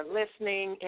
listening